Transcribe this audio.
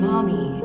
Mommy